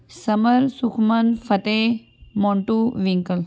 summer Sukhman Fateh Montu Winkle